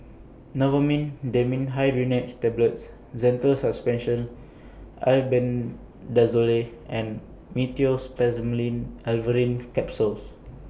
Novomin Dimenhydrinate's Tablets Zental Suspension Albendazole and Meteospasmyl Alverine Capsules